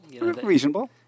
Reasonable